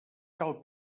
cal